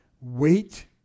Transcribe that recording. wait